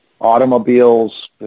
automobiles